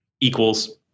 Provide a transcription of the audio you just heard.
equals